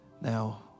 Now